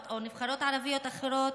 או נבחרות ערביות אחרות,